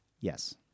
Yes